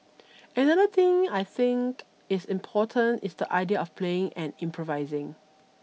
another thing I think is important is the idea of playing and improvising